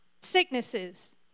sicknesses